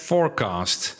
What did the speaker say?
Forecast